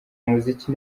umuziki